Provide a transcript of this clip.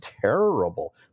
terrible